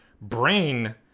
brain